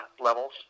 levels